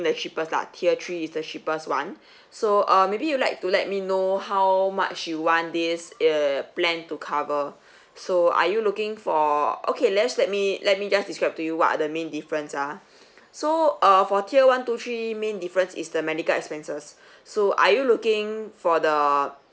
the cheapest lah tier three is the cheapest one so uh maybe you'd like to let me know how much you want this err plan to cover so are you looking for okay let's let me let me just describe to you what are the main difference ah so uh for tier one two three main difference is the medical expenses so are you looking for the